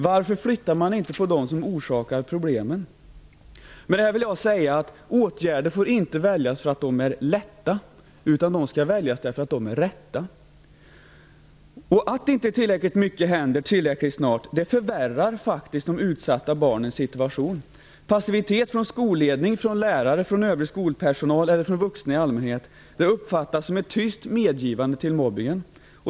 Varför flyttar man inte på dem som orsakar problemen? Med detta vill jag säga att åtgärder inte får väljas för att de är lätta utan för att de är rätta. Att inte tillräckligt mycket händer tillräckligt snart förvärrar faktiskt de utsatta barnens situation. Passivitet från skolledning, lärare, övrig skolpersonal eller vuxna i allmänhet uppfattas som ett tyst medgivande till mobbningen.